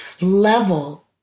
level